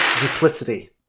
duplicity